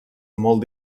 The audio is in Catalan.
molt